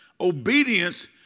Obedience